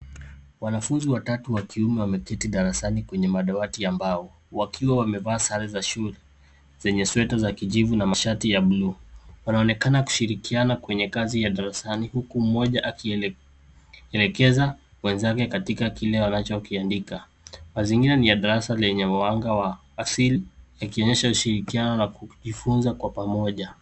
Wanafunzi watatu wa kiume wameketi darasani kwenye madawati ya mbao, wakiwa wamevaa sare za shule zenye sweta za kijivu na mashati ya buluu. Wanaonekana kushirikiana kwenye kazi ya darasani huku mmoja akielekeza mwenzake katika kile wanachokiandika. Mazingira ni ya darasa lenye mwanga wa asili yakionyesha ushirikiano na kujifunza kwa pamoja.